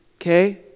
Okay